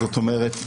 זאת אומרת,